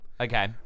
Okay